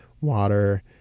water